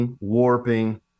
warping